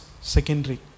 secondary